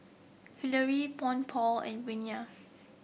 Hillary and Vennie